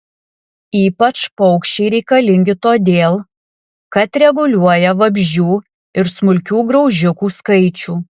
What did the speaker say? ypač paukščiai reikalingi todėl kad reguliuoja vabzdžių ir smulkių graužikų skaičių